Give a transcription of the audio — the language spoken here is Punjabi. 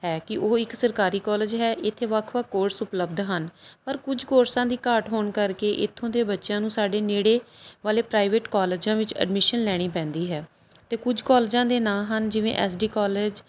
ਹੈ ਕਿ ਉਹ ਇੱਕ ਸਰਕਾਰੀ ਕੋਲਜ ਹੈ ਇੱਥੇ ਵੱਖ ਵੱਖ ਕੋਰਸ ਉਪਲੱਬਧ ਹਨ ਪਰ ਕੁਝ ਕੋਰਸਾਂ ਦੀ ਘਾਟ ਹੋਣ ਕਰਕੇ ਇੱਥੋਂ ਦੇ ਬੱਚਿਆਂ ਨੂੰ ਸਾਡੇ ਨੇੜੇ ਵਾਲੇ ਪ੍ਰਾਈਵੇਟ ਕੋਲਜਾਂ ਵਿੱਚ ਐਡਮਿਸ਼ਨ ਲੈਣੀ ਪੈਂਦੀ ਹੈ ਅਤੇ ਕੁਝ ਕੋਲਜਾਂ ਦੇ ਨਾਂ ਹਨ ਜਿਵੇਂ ਐਸਡੀ ਕੋਲੇਜ